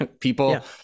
People